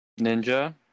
Ninja